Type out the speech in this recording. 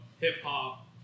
hip-hop